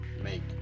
Make